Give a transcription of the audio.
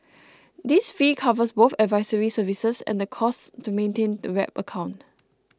this fee covers both advisory services and the costs to maintain the wrap account